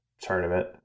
tournament